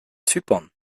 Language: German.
zypern